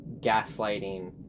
gaslighting